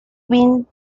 been